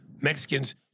Mexicans